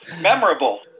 memorable